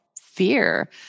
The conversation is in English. fear